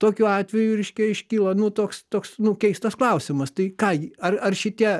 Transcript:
tokiu atveju reiškia iškyla nu toks toks nu keistas klausimas tai ką ar ar šitie